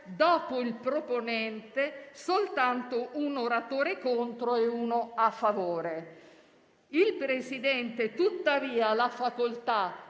dopo il proponente, soltanto un oratore contro e uno a favore (...); il Presidente ha tuttavia facoltà,